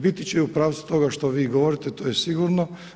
Biti će u pravcu toga što vi govorite, to je sigurno.